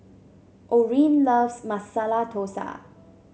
Orin loves Masala Dosa